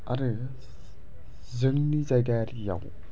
आरो जोंनि जायगायारियाव